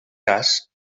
cas